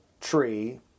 tree